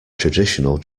traditional